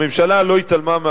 הממשלה לא התעלמה,